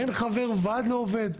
בין חבר ועד לעובד.